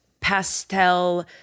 pastel